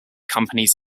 companies